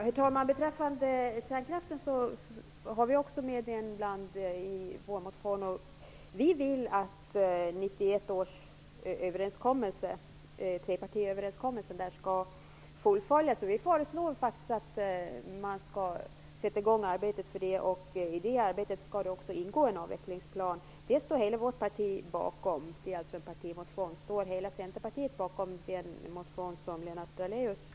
Herr talman! Beträffande kärnkraften finns också den med i vår motion. Vi vill att 1991 års trepartiöverenskommelse skall fullföljas. Vi föreslår faktiskt att det arbetet skall sättas i gång, i vilket det också skall ingå en avvecklingsplan. Det är alltså fråga om en partimotion som hela vårt parti står bakom. Står hela Centerpartiet bakom den motion som Lennart Daléus talar om?